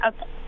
Okay